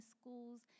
schools